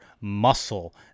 muscle